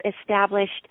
established